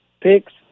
picks